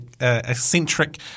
eccentric